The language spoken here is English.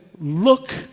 look